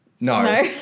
No